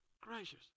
Gracious